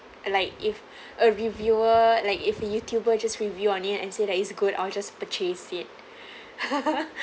like if a reviewer like if a youtuber just review on it and say that it's good I'll just purchase it